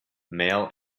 male